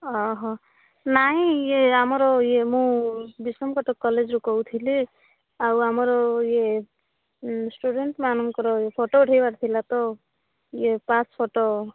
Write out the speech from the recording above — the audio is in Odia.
ଓହୋ ନାଇଁ ଇଏ ଆମର ଇଏ ମୁଁ ବିଷମକଟକ କଲେଜ୍ରୁ କହୁଥିଲି ଆଉ ଆମର ଇଏ ଷ୍ଟୁଡ଼େଣ୍ଟସ୍ ମାନଙ୍କର ଫଟୋ ଉଠାଇବାର ଥିଲା ତ ଇଏ ପାସ୍ ଫଟୋ